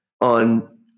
on